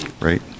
right